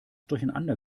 durcheinander